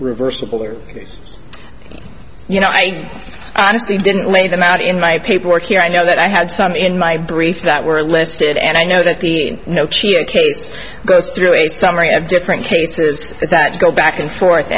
reversible are these you know i honestly didn't lay them out in my paperwork here i know that i had some in my brief that were listed and i know that the case goes through a summary of different cases that go back and forth